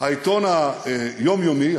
העיתון היומיומי,